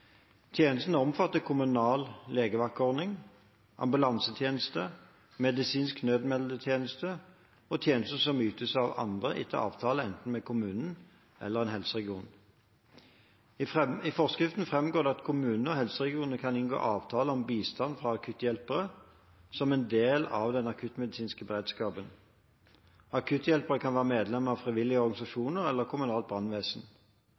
Tjenestene omfatter kommunal legevaktordning, ambulansetjeneste, medisinsk nødmeldetjeneste og tjenester som ytes av andre, etter avtale med enten kommunen eller helseregionen. I forskriften framgår det at kommunene og helseregionene kan inngå avtale om bistand fra akutthjelpere som del av den akuttmedisinske beredskapen. Akutthjelpere kan være medlemmer av frivillige organisasjoner eller kommunalt brannvesen.